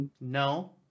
No